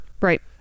Right